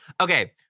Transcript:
Okay